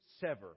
sever